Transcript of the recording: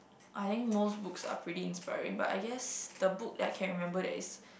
I think most books are pretty inspiring but I guest the book that can remember that is